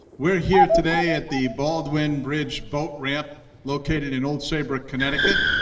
we're here today at the baldwin bridge boat ramp located in old saybrook connecticut.